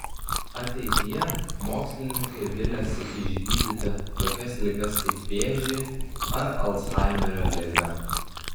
ateityje mokslininkai viliasi išgydyti tokias ligas kaip vėžį ar alzhaimerio ligą